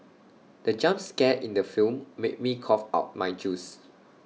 the jump scare in the film made me cough out my juice